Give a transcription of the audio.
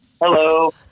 Hello